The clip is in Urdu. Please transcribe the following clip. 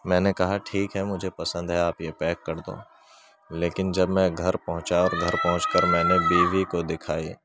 میں نے کہا ٹھیک ہے مجھے پسند ہے آپ یہ پیک کر دو لیکن جب میں گھر پہنچا اور گھر پہنچ کر میں نے بیوی کو دکھائی